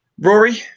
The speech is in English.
Rory